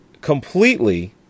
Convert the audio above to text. completely